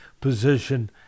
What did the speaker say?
position